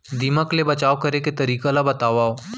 दीमक ले बचाव करे के तरीका ला बतावव?